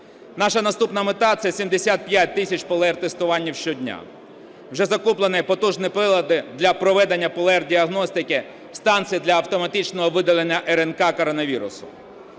Наша наступна мета – це 75 тисяч ПЛР-тестувань щодня. Вже закуплені потужні прилади для проведення ПЛР-діагностики станцій для автоматичного видалення РНК коронавірусу.